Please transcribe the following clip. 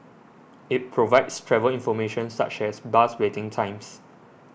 it provides travel information such as bus waiting times